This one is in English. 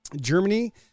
Germany